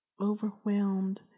Overwhelmed